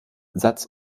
satz